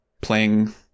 playing